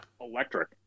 Electric